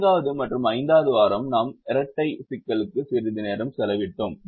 நான்காவது மற்றும் ஐந்தாவது வாரம் நாம் இரட்டை சிக்கலுக்கு சிறிது நேரம் செலவிட்டோம்